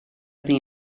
iddi